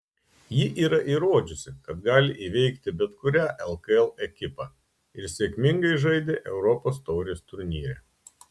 ji yra įrodžiusi kad gali įveikti bet kurią lkl ekipą ir sėkmingai žaidė europos taurės turnyre